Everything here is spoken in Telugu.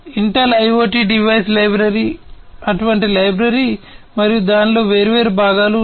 ఇంటెల్ ఐయోటి డివైస్ లైబ్రరీ అటువంటి లైబ్రరీ మరియు దానిలో వేర్వేరు భాగాలు ఉన్నాయి